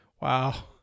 Wow